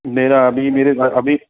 मेरा अभी मेरे अभी